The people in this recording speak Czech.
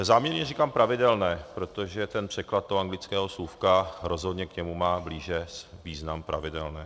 Záměrně říkám pravidelné, protože v překladu toho anglického slůvka rozhodně k němu má blíže význam pravidelné.